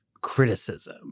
criticism